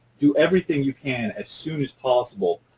do everything you can as soon as possible,